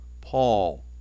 Paul